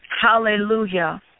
Hallelujah